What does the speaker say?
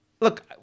look